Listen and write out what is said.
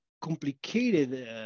complicated